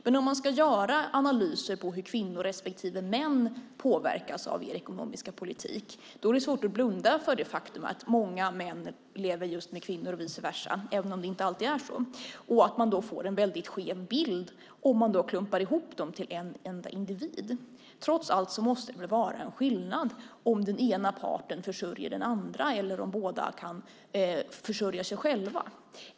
Men om man ska göra analyser av hur kvinnor respektive män påverkas av er ekonomiska politik är det svårt att blunda för det faktum att många män lever tillsammans med kvinnor och vice versa - även om det inte alltid är så - och att man får en väldigt skev bild om de klumpas ihop till en enda individ. Trots allt måste det väl vara skillnad om den ena parten försörjer den andra eller om båda kan försörja sig själva.